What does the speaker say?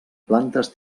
plantes